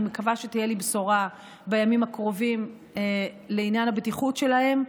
אני מקווה שתהיה לי בשורה בימים הקרובים לעניין הבטיחות שלהם,